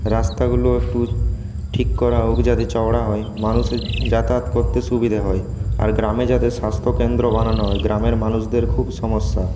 রাস্তাগুলো একটু ঠিক করা হোক যাতে চওড়া হয় মানুষের যাতায়াত করতে সুবিধা হয় আর গ্রামে যাতে স্বাস্থ্যকেন্দ্র বানানো হয় গ্রামের মানুষদের খুব সমস্যা